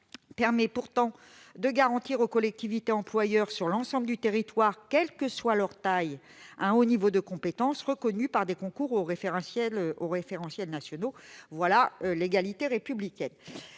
permet pourtant de garantir aux collectivités employeurs, sur l'ensemble du territoire, quelle que soit leur taille, un haut niveau de compétence, certifié par des concours aux référentiels nationaux : c'est l'égalité républicaine.